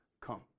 come